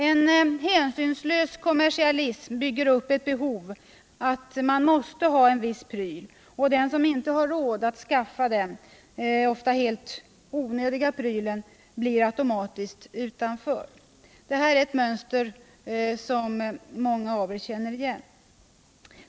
En hänsynslös kommersialism bygger upp ett behov, så att man tror att man måste ha en viss pryl och så att den som inte har råd att skaffa den ofta helt onödiga prylen automatiskt blir utanför. Det är ett mönster som många av oss känner igen.